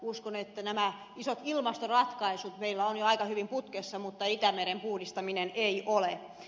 uskon että nämä isot ilmastoratkaisut meillä on jo aika hyvin putkessa mutta itämeren puhdistaminen ei ole